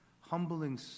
humbling